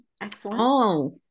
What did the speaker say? Excellent